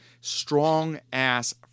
Strong-ass